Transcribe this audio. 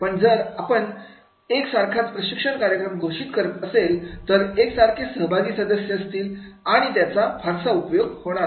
पण जर आपण एक सारखाच प्रशिक्षण कार्यक्रम घोषित करत असेल तर एक सारखेच सहभागी सदस्य असतील आणि त्याचा फारसा उपयोग होणार नाही